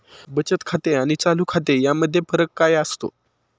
बचत खाते आणि चालू खाते यामध्ये फरक काय असतो?